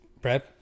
Brad